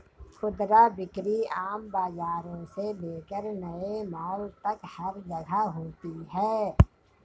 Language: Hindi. खुदरा बिक्री आम बाजारों से लेकर नए मॉल तक हर जगह होती है